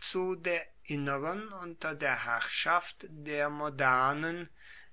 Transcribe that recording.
zu der inneren unter der herrschaft der modernen